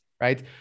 right